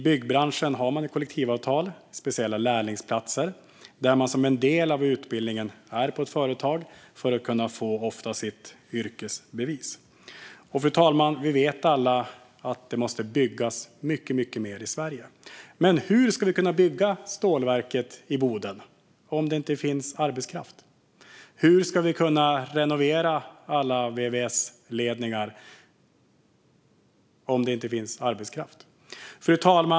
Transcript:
Byggbranschen har kollektivavtal och speciella lärlingsplatser där man som en del av utbildningen är på ett företag, ofta för att kunna få sitt yrkesbevis. Fru talman! Vi vet alla att det måste byggas mycket mer i Sverige. Men hur ska vi kunna bygga stålverket i Boden om det inte finns arbetskraft? Hur ska vi kunna renovera alla vvs-ledningar om det inte finns arbetskraft?